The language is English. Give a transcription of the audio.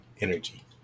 energy